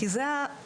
כי זה הנורמה,